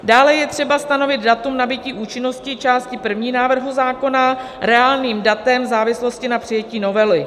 Dále je třeba stanovit datum nabytí účinnosti části první návrhu zákona reálným datem v závislosti na přijetí novely.